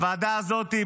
בוועדה הזאת,